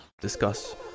discuss